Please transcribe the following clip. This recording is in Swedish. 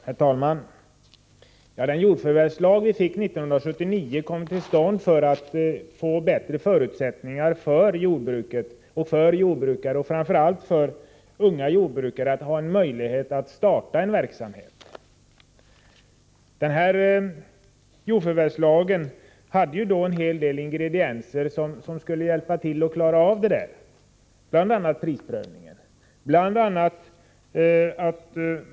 Herr talman! Den jordförvärvslag vi fick 1979 kom till stånd för att skapa bättre förutsättningar för jordbruket och för jordbrukare, framför allt för att ge unga jordbrukare en möjlighet att starta en verksamhet. Lagen hade då en hel del ingredienser som skulle hjälpa till att klara det, bl.a. prisprövningen.